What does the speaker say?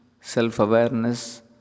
self-awareness